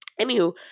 Anywho